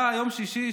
אתה יום שישי,